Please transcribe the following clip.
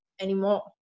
anymore